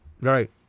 Right